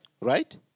right